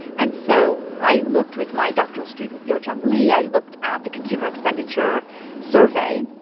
and so i looked with my doctoral student, hyojung lee, i looked at the consumer expenditure survey,